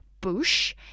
Bush